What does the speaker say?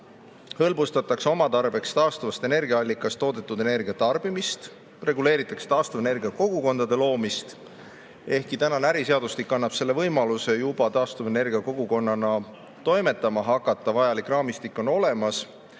hõlbustatakse oma tarbeks taastuvast energiaallikast toodetud energia tarbimist, reguleeritakse taastuvenergia kogukondade loomist, ehkki kehtiv äriseadustik annab selle võimaluse juba taastuvenergia kogukonnana toimetama hakata, vajalik raamistik on olemas,